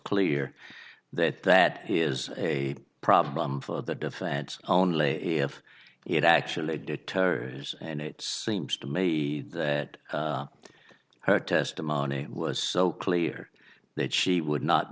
clear that that is a problem for the defense only if it actually deters and it seems to me that her testimony was so clear that she would not